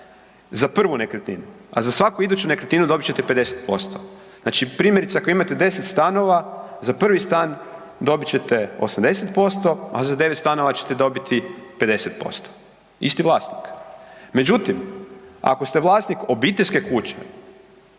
Za prvu nekretninu, a za svaku iduću nekretninu, dobit ćete 50%. Znači, primjerice, ako imate 10 stanova, za 1. stan dobit ćete 80%, a za 9 stanova ćete dobiti 50%, isti vlasnik. Međutim, ako ste vlasnik obiteljske kuće,